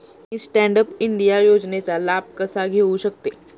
मी stand up India योजनेचा लाभ कसा घेऊ शकते